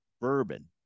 bourbon